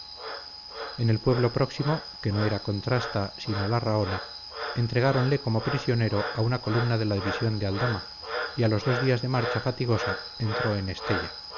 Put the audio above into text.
en el pueblo próximo que no era contrasta sino larraona entregáronle como prisionero a una columna de la división de aldama y a los dos días de marcha fatigosa entró en estella